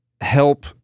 help